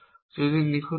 যদি এটি নিখুঁত না হয়